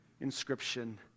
inscription